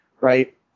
Right